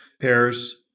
pairs